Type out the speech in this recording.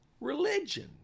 religion